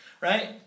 Right